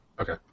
Okay